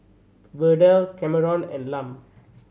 Verdell Kameron and Lum